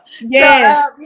Yes